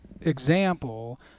example